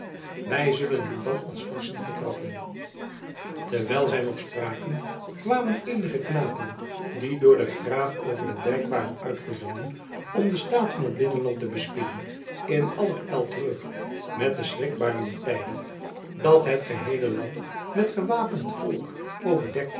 wij zullen hen dan als vorschen vertrappen terwijl zij nog spraken kwamen eenige knapen die door den graaf over den dijk waren uitgezonden om den staat van het binnenland te bespieden in aller ijl terug met de schrikbarende tijding dat het geheele land met gewapend volk overdekt